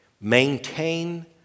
maintain